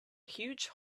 huge